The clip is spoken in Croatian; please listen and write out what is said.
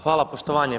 Hvala poštovanje.